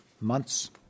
months